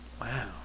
Wow